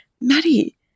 Maddie